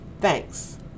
Thanks